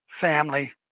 family